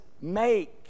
make